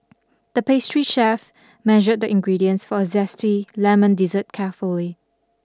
the pastry chef measured the ingredients for a zesty lemon dessert carefully